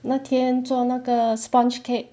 那天做那个 sponge cake